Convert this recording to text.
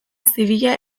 zibila